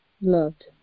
loved